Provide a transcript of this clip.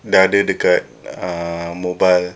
dah ada dekat uh mobile